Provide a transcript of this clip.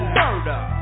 murder